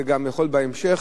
בהמשך,